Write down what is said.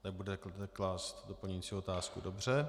Nebudete klást doplňující otázku, dobře.